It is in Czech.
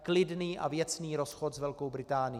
Klidný a věcný rozchod s Velkou Británií.